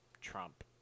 Trump